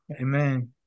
Amen